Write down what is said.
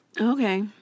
Okay